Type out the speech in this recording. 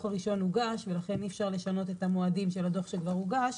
הראשון הוגש ולכן אי אפשר לשנות את המועדים של הדוח שכבר הוגש.